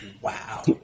Wow